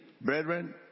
brethren